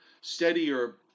steadier